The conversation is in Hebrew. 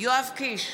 יואב קיש,